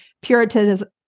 Puritanism